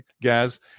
Gaz